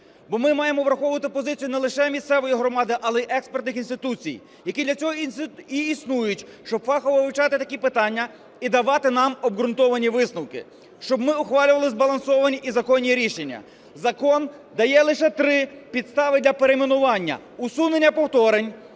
бо ми маємо враховувати позицію не лише місцевої громади, але й експертних інституцій. Які для цього і існують, щоб фахово вивчати такі питання і давати нам обґрунтовані висновки, щоб ми ухвалювали збалансовані і законні рішення. Закон дає лише три підстави для перейменування: усунення повторень,